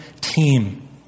team